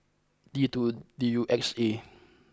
T two D U X A